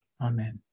Amen